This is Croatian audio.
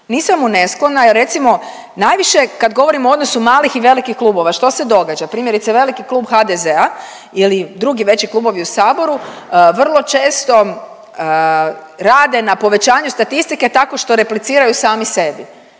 nisam mu nesklona jer recimo najviše kad govorimo o odnosu malih i velikih klubova što se događa, primjerice veliki Klub HDZ-a ili drugi veći klubovi u saboru vrlo često rade na povećanju statistike tako što repliciraju sami sebi